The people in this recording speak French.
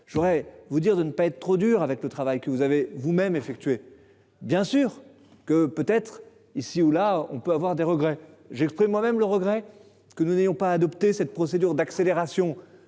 Je voudrais vous dire de ne pas être trop dur avec le travail que vous avez vous même effectué. Bien sûr que peut être ici ou là on peut avoir des regrets, j'exprime moi-même le regret que nous n'ayons pas adopté cette procédure d'accélération